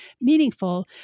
meaningful